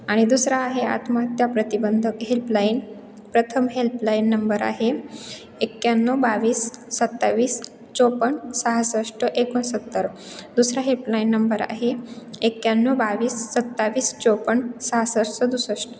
आणि दुसरा आहे आत्महत्या प्रतिबंध हेल्पलाईन प्रथम हेल्पलाईन नंबर आहे एक्याण्णव बावीस सत्तावीस चोपन्न सहासष्ट एकोणसत्तर दुसरा हेल्पलाईन नंबर आहे एक्याण्णव बावीस सत्तावीस चोपन्न सहासष्ट सदुसष्ट